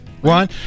one